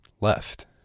left